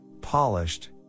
polished